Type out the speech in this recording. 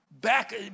back